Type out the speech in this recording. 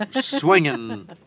swinging